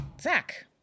Zach